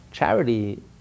Charity